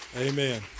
Amen